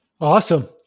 Awesome